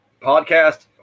podcast